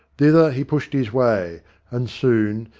thither he pushed his way, and soon,